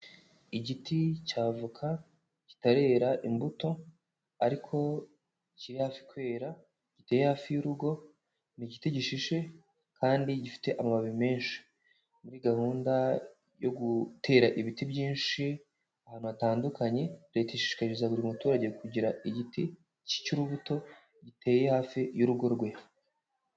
Igiti cy'avoka kitarera imbuto ariko kiri hafi kwera, giteye hafi y'urugo ni igiti gishishe kandi gifite amababi menshi, muri gahunda yo gutera ibiti byinshi ahantu hatandukanye, Leta ishishikarizaga buri muturage kugira igiti cy'urubuto giteye hafi y'urugo rwe.